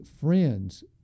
friends